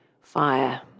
fire